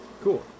Cool